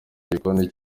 gikoni